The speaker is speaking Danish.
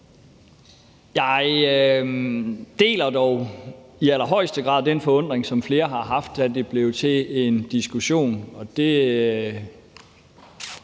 Jeg deler dog i allerhøjeste grad den forundring, som flere har haft, over, at det blev til en diskussion.